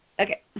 Okay